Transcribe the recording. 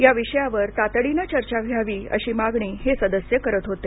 या विषयावर तातडीनं चर्चा घ्यावी अशी मागणी हे सदस्य करीत होते